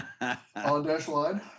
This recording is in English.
On-dash-line